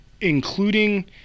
including